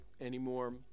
anymore